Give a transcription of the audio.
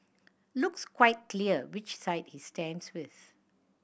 looks quite clear which side he stands with